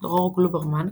דרור גלוברמן,